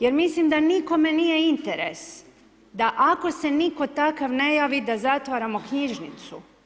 Jer mislim da nikome nije interes da ako se nitko takav ne javi da zatvaramo knjižnicu.